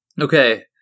Okay